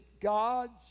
God's